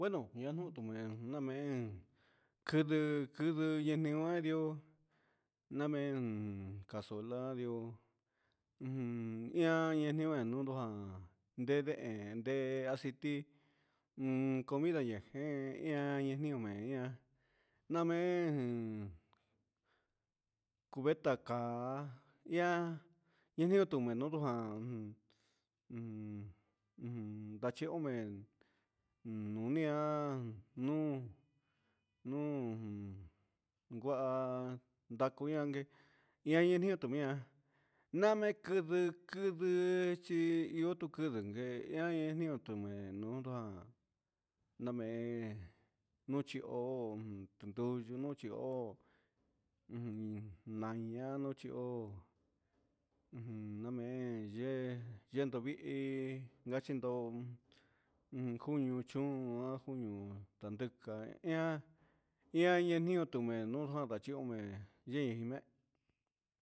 Bueno ñanu tamen tamen, nguedio namen xondadió, ian najin nin ndutu ján, deen, aciti comida na jen ian neniun ña'a damen cubeta ka'á ian ngutume nioto jan un ujun ndachio omen un nunian nuu, nuu jun ngua dakuyan ké ian ñatume'á, nami kuduu kuduu exhi ihó tuku ndemengue ñani nio tu mendo jan namen yuchí hó un ndunio yuchí hó ujun nayian nochí ho ujun namen yee, yendo vii un chindó un kuño chón ajo un ndadika ian, ian nanio tumeno jaunka xhione yee imé.